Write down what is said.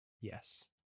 yes